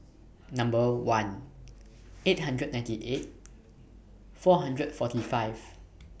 Number one eight hundred ninety eight four hundred forty five